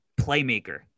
playmaker